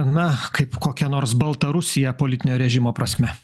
na kaip kokia nors baltarusija politinio režimo prasme